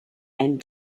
and